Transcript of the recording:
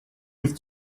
with